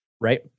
right